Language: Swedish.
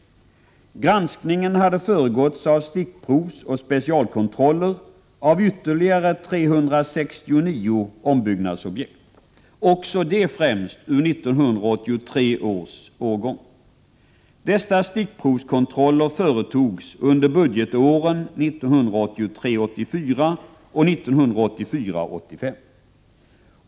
Granskningen hade föregåtts av stickprovsoch specialkontroller av ytterligare 369 ombyggnadsobjekt, också de främst ur 1983 års årgång. Dessa stickprovskontroller företogs under budgetåren 1983 85.